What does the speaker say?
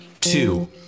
two